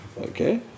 Okay